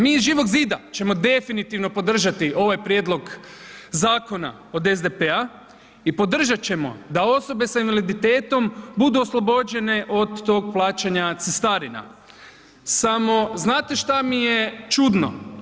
Mi iz Živog zida ćemo definitivno podržati ovaj prijedlog zakona od SDP-a i podržat ćemo da osobe sa invaliditetom budu oslobođene od tog plaćanja cestarina samo znate šta mi je čudno?